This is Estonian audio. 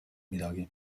midagi